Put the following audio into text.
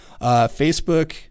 Facebook